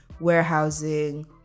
warehousing